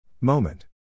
Moment